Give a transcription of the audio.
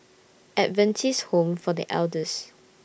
Adventist Home For The Elders